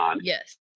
yes